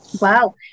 Wow